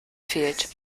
fehlt